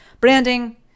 branding